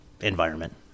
environment